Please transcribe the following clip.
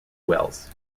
wells